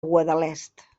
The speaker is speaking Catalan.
guadalest